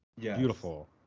Beautiful